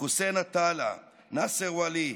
חוסיין עטאללה, נסר וולי,